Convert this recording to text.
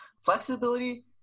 flexibility